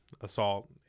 assault